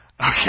Okay